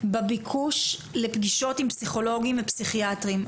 בביקוש לפגישות עם פסיכולוגים ופסיכיאטרים.